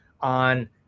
on